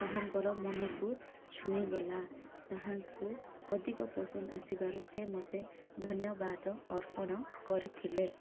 ତାହାଙ୍କର ମନକୁ ଛୁଇଁଗଲା ତାହାଙ୍କୁ ଅଧିକ ପସନ୍ଦ ଆସିବାରୁ ସେ ମତେ ଧନ୍ୟବାଦ ଅର୍ପଣ କରିଥିଲେ